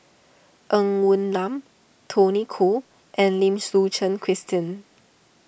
Ng Woon Lam Tony Khoo and Lim Suchen Christine